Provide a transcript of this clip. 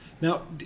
Now